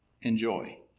enjoy